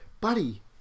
buddy